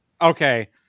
Okay